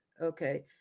okay